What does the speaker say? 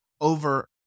over